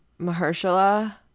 Mahershala